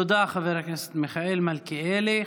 תודה, חבר הכנסת מיכאל מלכיאלי.